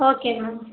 okay ma'am